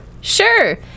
sure